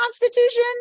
Constitution